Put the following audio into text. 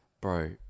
Bro